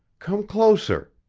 come closer,